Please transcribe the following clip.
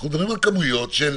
אנחנו מדברים על כמויות של